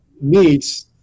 meats